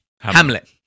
Hamlet